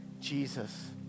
Jesus